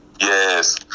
Yes